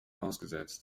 ausgesetzt